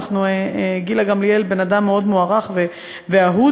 גילה גמליאל בן-אדם מאוד מוערך ואהוד,